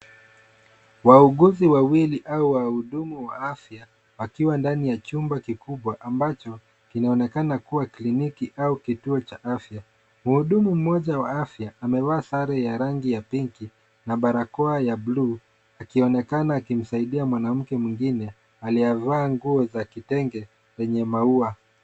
Wauguzi wawili au wahudumu wa afya wakiwa ndani ya chumba kikubwa ambacho kinaonekana kuwa kliniki au kituo cha afya. Mhudumu mmoja wa afya amevaa sare ya rangi ya pinki na barakoa ya buluu akionekana akimsaidia mwanamke mwengine aliyevaa nguo za kitenge zenye maua.